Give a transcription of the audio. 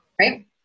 Right